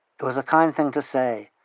it was a kind thing to say.